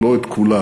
אבל לא את כולה,